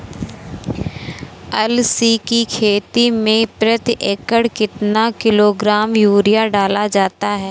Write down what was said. अलसी की खेती में प्रति एकड़ कितना किलोग्राम यूरिया डाला जाता है?